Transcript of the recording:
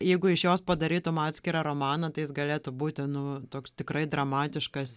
jeigu iš jos padarytum atskirą romaną tai jis galėtų būti nu toks tikrai dramatiškas